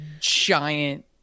Giant